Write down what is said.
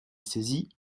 saisi